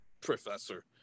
professor